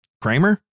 Kramer